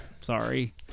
Sorry